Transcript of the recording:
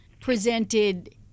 presented